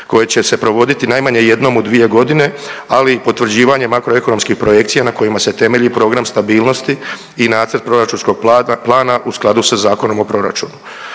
koje će se provoditi najmanje jednom u dvije godine, ali i potvrđivanje makroekonomskih projekcija na kojima se temelju program stabilnosti i nacrt proračunskog plana u skladu sa Zakonom o proračunu.